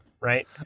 right